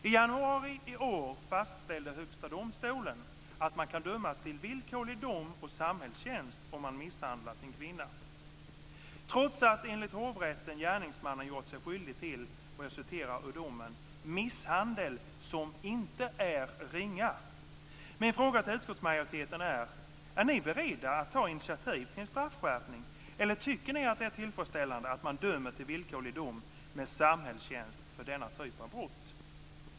I januari i år fastställde Högsta domstolen att man kan dömas till villkorlig dom och samhällstjänst om man misshandlat en kvinna, trots att, enligt hovrätten, gärningsmannen gjort sig skyldig till misshandel som inte är ringa. Min fråga till utskottsmajoriteten är: Är ni beredda att ta initiativ till en straffskärpning, eller tycker ni att det är tillfredsställande att man dömer till villkorlig dom med samhällstjänst för denna typ av brott?